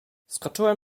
skoczyłem